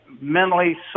mentally